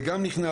זה גם נכנס.